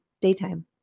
daytime